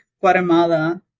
Guatemala